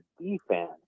defense